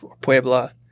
Puebla